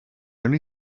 only